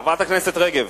חברת הכנסת רגב,